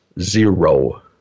zero